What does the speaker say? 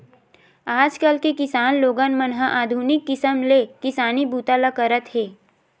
आजकाल के किसान लोगन मन ह आधुनिक किसम ले किसानी बूता ल करत हे